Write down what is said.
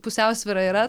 pusiausvyra yra